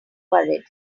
worried